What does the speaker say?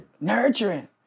Nurturing